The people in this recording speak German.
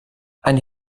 ein